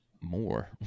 more